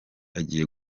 agiye